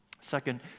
Second